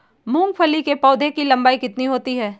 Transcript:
मूंगफली के पौधे की लंबाई कितनी होती है?